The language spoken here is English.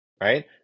right